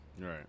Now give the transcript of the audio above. Right